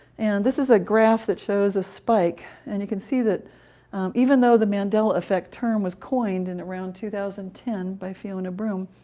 and this is a graph that shows a spike. and you can see that even though the mandela effect term was coined in around two thousand and ten by fiona broome,